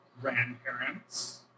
grandparents